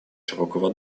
широкого